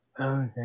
Okay